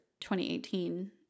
2018